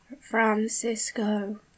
Francisco